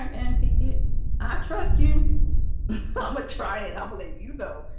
um and take it i trust you i'ma try it i believe you know,